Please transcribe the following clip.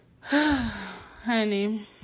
Honey